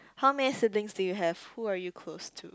how many siblings do you have who are you close to